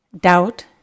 Doubt